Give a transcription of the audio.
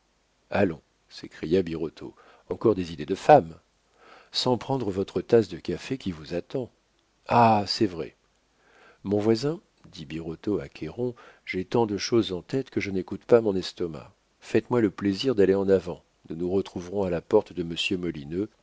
allons s'écria birotteau encore des idées de femme sans prendre votre tasse de café qui vous attend ah c'est vrai mon cousin dit birotteau à cayron j'ai tant de choses en tête que je n'écoute pas mon estomac faites-moi le plaisir d'aller en avant nous nous retrouverons à la porte de